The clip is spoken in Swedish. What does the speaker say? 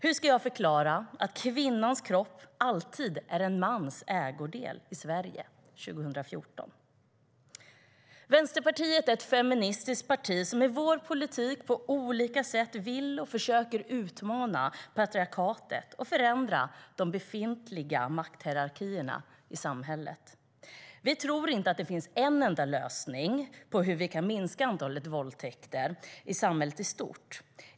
Hur ska jag förklara att kvinnans kropp alltid är en mans ägodel i Sverige 2014? lösning på hur vi kan minska antalet våldtäkter i samhället i stort.